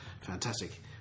fantastic